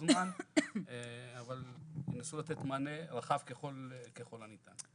זמן אבל ינסו לתת מענה רחב ככל הניתן.